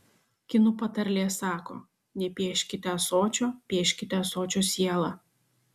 kinų patarlė sako nepieškite ąsočio pieškite ąsočio sielą